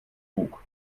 bug